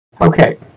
Okay